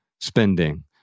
spending